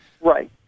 right